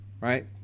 right